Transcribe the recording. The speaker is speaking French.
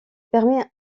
permet